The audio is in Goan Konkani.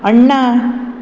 अण्णा